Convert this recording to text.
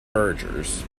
mergers